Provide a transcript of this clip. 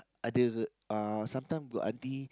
other uh sometime got auntie